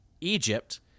egypt